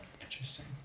Interesting